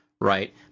right